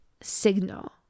signal